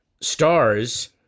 stars